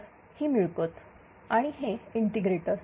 तर ही मिळकत आणि हे इंटिग्रेटर